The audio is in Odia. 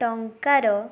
ଟଙ୍କାର